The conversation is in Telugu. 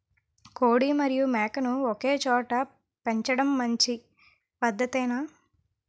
కోడి మరియు మేక ను ఒకేచోట పెంచడం మంచి పద్ధతేనా?